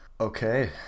Okay